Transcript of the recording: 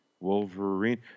Wolverine